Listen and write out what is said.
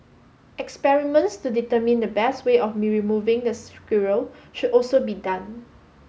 experiments to determine the best way of removing the squirrel should also be done